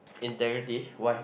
integrity why